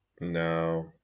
no